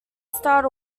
starred